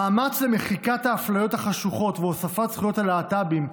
המאמץ למחיקת האפליות החשוכות והוספת זכויות הלהט"בים,